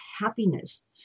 happiness